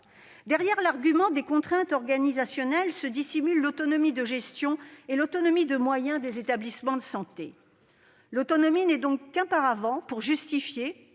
Derrière l'argument des contraintes organisationnelles se dissimulent l'autonomie de gestion et l'autonomie de moyens des établissements de santé. L'autonomie n'est donc qu'un paravent pour justifier,